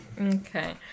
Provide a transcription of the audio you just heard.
Okay